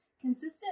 Consistent